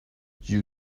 you